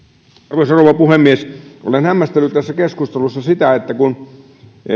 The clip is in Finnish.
arvoisa rouva puhemies olen hämmästellyt tässä keskustelussa sitä että kun